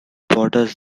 borders